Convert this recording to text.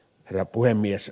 herra puhemies